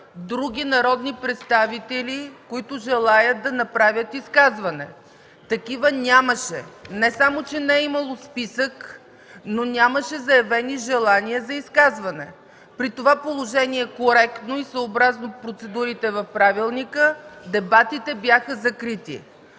други народни представители, които желаят да направят изказване. Такива нямаше. Не само че не е имало списък, но нямаше заявени желания за изказване. При това положение, коректно и съобразно процедурите в правилника, дебатите бяха закрити.